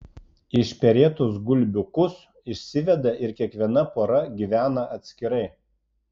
išperėtus gulbiukus išsiveda ir kiekviena pora gyvena atskirai